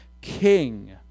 king